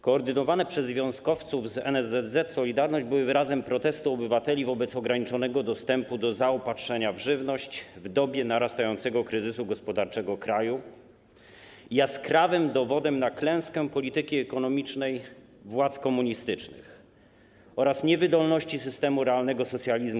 Koordynowane przez związkowców z NSZZ „Solidarność” były wyrazem protestu obywateli wobec ograniczonego dostępu do zaopatrzenia w żywność w dobie narastającego kryzysu gospodarczego kraju, jaskrawym dowodem na klęskę polityki ekonomicznej władz komunistycznych oraz niewydolności systemu realnego socjalizmu.